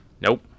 Nope